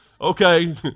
okay